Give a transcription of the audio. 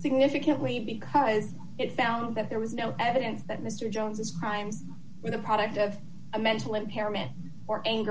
significantly because it found that there was no evidence that mr jones his crimes were the product of a mental impairment or anger